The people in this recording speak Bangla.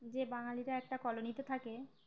যে বাঙালিরা একটা কলোনিতে থাকে